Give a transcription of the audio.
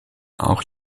auch